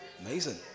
amazing